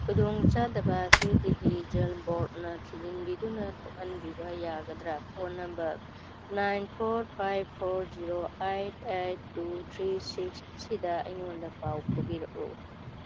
ꯈꯨꯗꯣꯡꯆꯥꯗꯕ ꯑꯁꯤ ꯗꯤꯂꯤ ꯖꯜ ꯕꯣꯔꯠꯅ ꯊꯤꯖꯤꯟꯕꯤꯗꯨꯅ ꯊꯣꯛꯍꯟꯕꯤꯕ ꯌꯥꯒꯗ꯭ꯔ phone number nine four five four zero eight eight two three six ꯑꯁꯤꯗ ꯑꯩꯉꯣꯟꯗ ꯄꯥꯎ ꯐꯥꯎꯕꯤꯔꯛꯎ